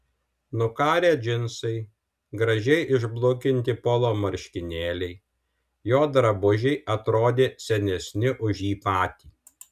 nukarę džinsai gražiai išblukinti polo marškinėliai jo drabužiai atrodė senesni už jį patį